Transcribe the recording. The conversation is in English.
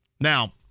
Now